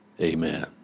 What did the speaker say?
Amen